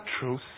truth